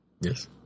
Yes